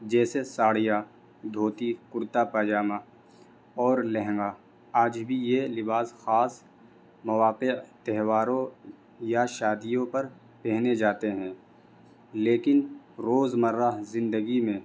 جیسے ساڑیاں دھوتی کرتا پائجامہ اور لہنگا آج بھی یہ لباس خاص مواقع تہواروں یا شادیوں پر پہنے جاتے ہیں لیکن روز مرہ زندگی میں